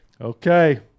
Okay